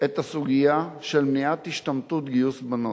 את הסוגיה של מניעת השתמטות, גיוס בנות.